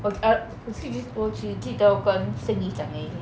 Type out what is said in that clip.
w~ a~ skip this 我只记得我跟 xin yi 讲过而已